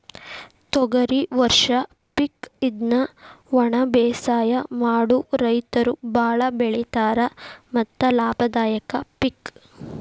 ತೊಗರಿ ವರ್ಷ ಪಿಕ್ ಇದ್ನಾ ವನಬೇಸಾಯ ಮಾಡು ರೈತರು ಬಾಳ ಬೆಳಿತಾರ ಮತ್ತ ಲಾಭದಾಯಕ ಪಿಕ್